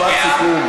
משפט סיכום.